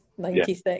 96